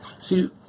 see